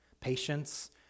patience